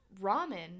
ramen